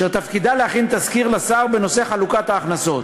אשר תפקידה להכין תסקיר לשר בנושא חלוקת ההכנסות.